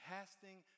Casting